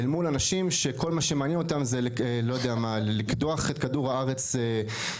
אל מול אנשים שכל מה שמעניין אותה זה לקדוח את כדור הארץ עלינו.